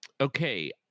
Okay